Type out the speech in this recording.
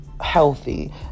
healthy